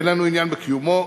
ואין לנו עניין בקיומו.